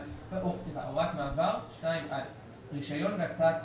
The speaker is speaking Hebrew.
הוראת מעבר רישיון והקצאת תדר,